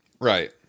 Right